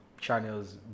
channels